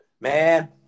Man